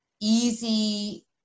easy